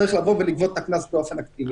צריך לבוא ולגבות את הקנס באופן אקטיבי.